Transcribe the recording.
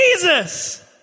Jesus